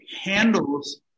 handles